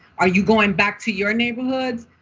are you going back to your neighborhoods?